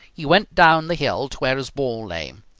he went down the hill to where his ball lay.